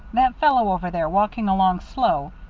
that fellow over there, walking along slow.